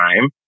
time